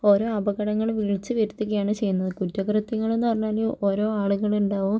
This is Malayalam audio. ഓരോ അപകടങ്ങൾ വിളിച്ച് വരുത്തുകയാണ് ചെയ്യുന്നത് കുറ്റകൃത്യങ്ങൾ എന്ന് പറഞ്ഞാൽ ഓരോ ആളുകൾ ഉണ്ടാകും